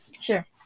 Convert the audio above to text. Sure